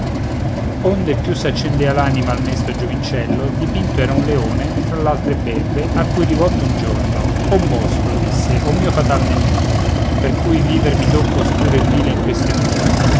onde più s'accendea l'anima al mesto giovincello dipinto era un leone fra l'altre belve a cui rivolto un giorno o mostro disse o mio fatal nemico per cui viver mi tocca oscuro e vile in queste mura